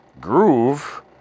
Groove